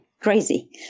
crazy